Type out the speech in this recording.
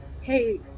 hey